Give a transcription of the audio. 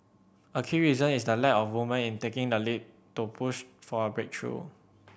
a key reason is the lack of women in taking the lead to push for a breakthrough